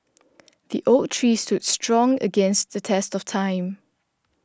the oak tree stood strong against the test of time